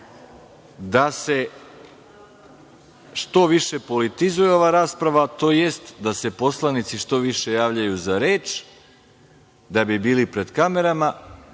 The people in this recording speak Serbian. da se što više politizuje ova rasprava, tj. da se poslanici što više javljaju za reč, da bi bili pred kamerama